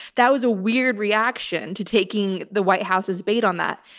that was a weird reaction to taking the white house's bait on that.